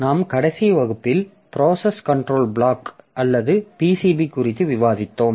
நாம் கடைசி வகுப்பில் ப்ராசஸ் கன்ட்ரோல் பிளாக் அல்லது PCB குறித்து விவாதித்தோம்